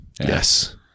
Yes